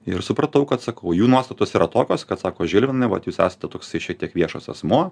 ir supratau kad sakau jų nuostatos yra tokios kad sako žilvinai vat jūs esate toksai šiek tiek viešas asmuo